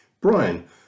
Brian